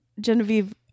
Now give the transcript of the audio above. Genevieve